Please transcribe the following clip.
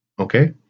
Okay